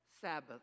sabbath